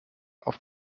auf